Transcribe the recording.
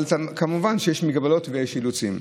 אבל, כמובן, יש מגבלות ואילוצים.